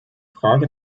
frage